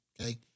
Okay